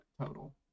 total